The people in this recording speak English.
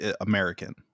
American